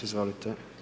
Izvolite.